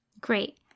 Great